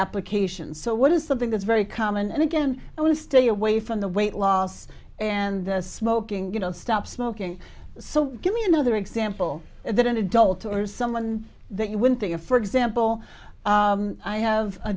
applications so what is something that's very common and again i want to stay away from the weight loss and smoking you know stop smoking so give me another example that an adult or someone that you wouldn't think of for example i have a